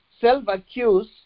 self-accuse